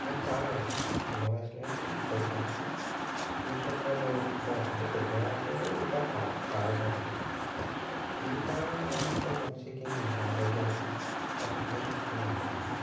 నాకు చాలా ఇష్టం చిన్న వయసులో ఏంటి ఇప్పటికైనా సరే ఈతకు నేను ఈత అంటే పెద్ద అయ్యాక నేను ఈత చాలా చాలా సార్లు అంటే ఈత అంటే మనిషికి ఎంత ఆరోగ్యం ఇస్తుంది ఎంత ఫిట్నెస్ ఇస్తుంది అంటే